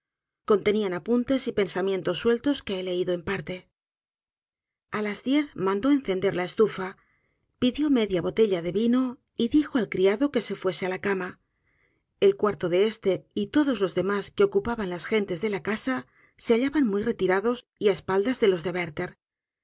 contenían apuntes y pensamientos sueltos que he ieido en parte a las diez mandó encender la estufa pidió media botella de vino y dijo al criado que se fuese á la cama el cuarto de este y todos los demás que ocupaban las gentes de la casa se hallaban muy retirados y á espalda de los de werther